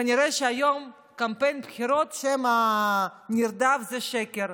כנראה שהיום קמפיין בחירות, השם הנרדף זה שקר.